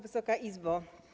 Wysoka Izbo!